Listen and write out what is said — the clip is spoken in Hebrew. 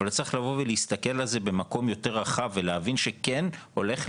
אבל צריך להסתכל על זה יותר רחב ולהבין שכן הולכת